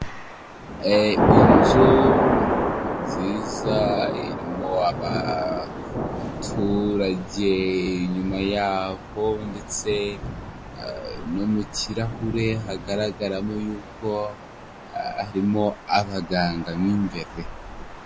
Inzu nziza irimo abaturage nyuma yaho ndetse no mu kirahure hagaragaramo yuko harimo abaganga mo imbere.